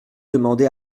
demandé